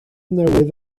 newydd